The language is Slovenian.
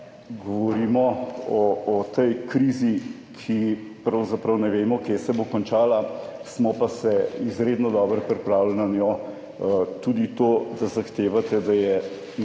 govorimo o tej krizi, za katero pravzaprav ne vemo, kdaj se bo končala, smo pa se izredno dobro pripravili na njo. Tudi to, da zahtevate, da je nekako